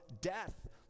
death